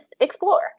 explore